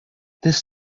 this